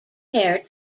hair